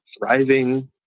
thriving